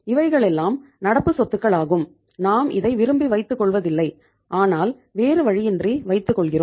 இவைகளெல்லாம் நடப்பு சொத்துக்கள் ஆகும் நாம் இதை விரும்பி வைத்துக் கொள்ளுவதில்லை ஆனால் வேறு வழியின்றி வைத்துக் கொள்கிறோம்